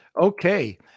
Okay